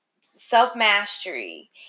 Self-mastery